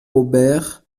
aubert